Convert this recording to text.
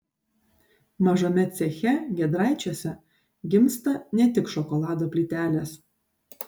mažame ceche giedraičiuose gimsta ne tik šokolado plytelės